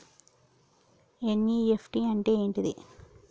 NEFT అంటే ఏంటిది?